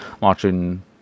Watching